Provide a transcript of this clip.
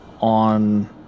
on